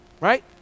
Right